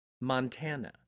Montana